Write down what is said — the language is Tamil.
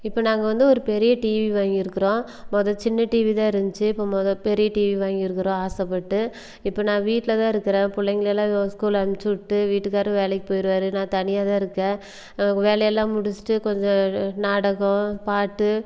இப்போ நாங்கள் வந்து ஒரு பெரிய டிவி வாங்கியிருக்குறோம் மொதோல் சின்ன டிவிதான் இருந்துச்சு இப்போ மொதோல் பெரிய டிவி வாங்கியிருக்குறோம் ஆசைப்பட்டு இப்போ நான் வீட்டில் தான் இருக்கிறேன் புள்ளைங்களை எல்லாம் ஒ ஸ்கூல் அனுப்ச்சு வுட்டு வீட்டுக்காரரும் வேலைக்கு போய்டுவாரு நான் தனியாக தான் இருக்கேன் வேலையெல்லாம் முடிச்சுட்டு கொஞ்சம் நாடகம் பாட்டு